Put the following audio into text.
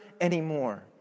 anymore